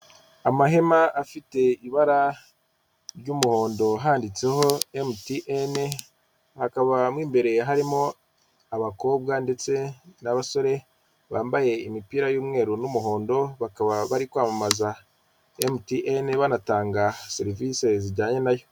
Amahema afite ibara ry'umuhondo handitseho MTN, hakaba mo imbere harimo abakobwa ndetse n'abasore, bambaye imipira y'umweru n'umuhondo bakaba bari kwamamaza MTN banatanga serivisi zijyanye na yo.